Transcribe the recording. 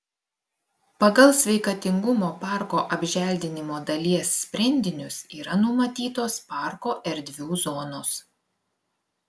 pagal sveikatingumo parko apželdinimo dalies sprendinius yra numatytos parko erdvių zonos